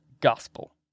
gospel